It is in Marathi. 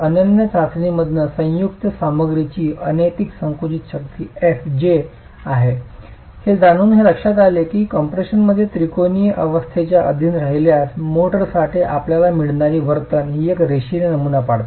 अनन्य चाचणीमधून संयुक्त सामग्रीची अनैतिक संकुचित शक्ती fj आहे हे जाणून हे लक्षात आले आहे की कम्प्रेशनमध्ये त्रिकोणीय अवस्थेच्या अधीन राहिल्यास मोर्टारसाठी आपल्याला मिळणारी वर्तन एक रेषीय नमुना पाळते